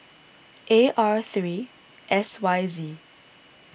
A R three S Y Z